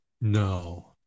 no